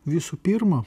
visų pirma